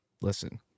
listen